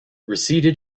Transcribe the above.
receded